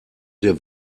der